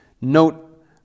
Note